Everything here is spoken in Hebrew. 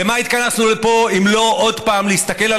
למה התכנסנו פה אם לא עוד פעם להסתכל על